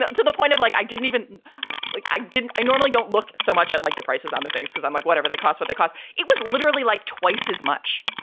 ah and to the point of like i didn't even like i didn't. i normally don't look so much at like the prices, other um and things because i'm like whatever they cost, what they cost. it was literally like twice as much.